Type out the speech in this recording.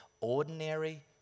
ordinary